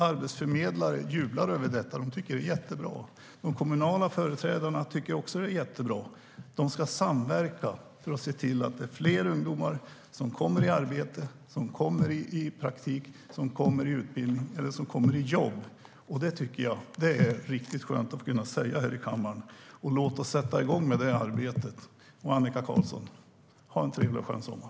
Arbetsförmedlare jublar över detta; de tycker att det är jättebra. De kommunala företrädarna tycker också att det är jättebra. De ska samverka för att se till att fler ungdomar kommer i arbete, praktik eller utbildning. Det tycker jag är riktigt skönt att kunna säga här i kammaren. Låt oss sätta igång med det arbetet! Annika Qarlsson! Ha en trevlig och skön sommar! : Då kan man konstatera vad det innebär när någon annan tilltalar en och har sista ordet. Jag vill trots det ta två sekunder och önska även utskottets ordförande en trevlig sommar.)